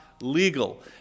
Legal